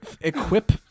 equip